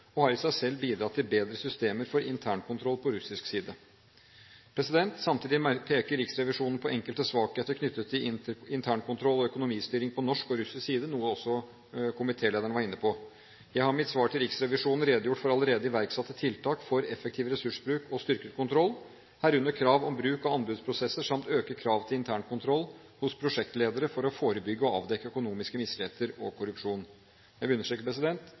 og har i seg selv bidratt til bedre systemer for intern kontroll på russisk side. Samtidig peker Riksrevisjonen på enkelte svakheter knyttet til intern kontroll og økonomistyring på norsk og russisk side, noe også komitélederen var inne på. Jeg har i mitt svar til Riksrevisjonen redegjort for allerede iverksatte tiltak for effektiv ressursbruk og styrket kontroll, herunder krav om bruk av anbudsprosesser samt økte krav til intern kontroll hos prosjektledere for å forebygge og avdekke økonomiske misligheter og korrupsjon. Jeg vil understreke: